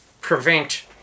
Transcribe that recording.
prevent